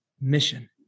mission